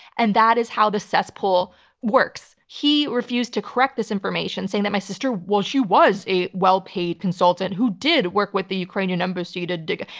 and that is how the cesspool works. he refused to correct this information, saying that my sister, well she was a well-paid consultant who did work with the ukrainian embassy to dig,